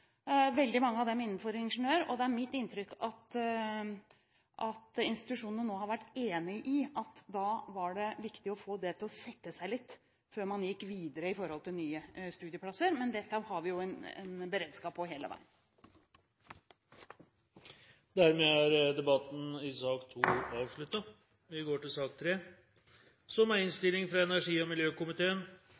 veldig mange av dem innenfor ingeniør. Det er mitt inntrykk at institusjonene nå har vært enige i at det da var viktig å få det til å sette seg litt før man gikk videre med tanke på nye studieplasser, men dette har vi en beredskap på hele veien. Debatten i sak nr. 2 er dermed avsluttet. Etter ønske fra energi- og miljøkomiteen